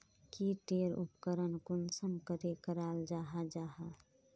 की टेर उपकरण कुंसम करे कराल जाहा जाहा?